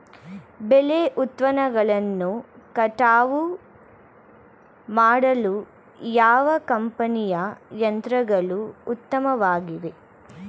ಬೆಳೆ ಉತ್ಪನ್ನಗಳನ್ನು ಕಟಾವು ಮಾಡಲು ಯಾವ ಕಂಪನಿಯ ಯಂತ್ರಗಳು ಉತ್ತಮವಾಗಿವೆ?